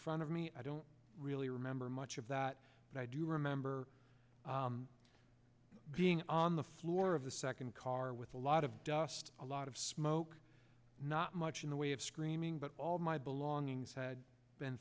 front of me i don't really remember much of that but i do remember being on the floor of the second car with a lot of dust a lot of smoke not much in the way of screaming but all my belongings had been